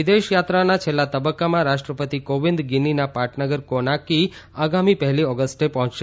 વિદેશયાત્રાના છેલ્લા તબક્કામાં રાષ્ટ્રપતિ કોવિંદ ગીનીના પાટનગર કોનાકી આગામી પહેલી ઓગસ્ટે પહોંચશે